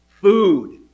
food